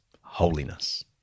Holiness